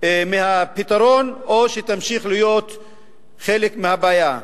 מהפתרון או שתמשיך להיות חלק מהבעיה,